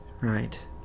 Right